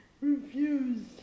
refused